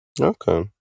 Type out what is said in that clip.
Okay